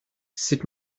sut